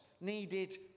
needed